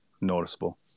noticeable